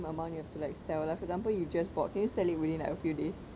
amount you have to like sell like for example you just bought can you sell it within like a few days